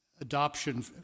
adoption